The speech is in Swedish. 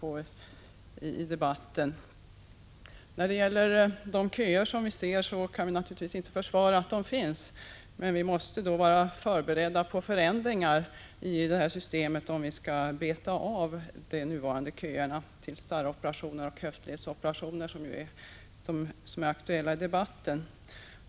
Vi kan inte försvara de nuvarande köerna till starroperationer och höftledsoperationer, men vi måste vara förberedda på förändringar i systemet om dessa köer skall kunna betas av.